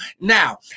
Now